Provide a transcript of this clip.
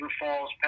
Falls